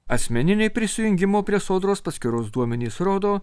asmeniniai prisijungimo prie sodros paskyros duomenys rodo